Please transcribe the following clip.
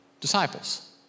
disciples